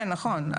כן, נכון.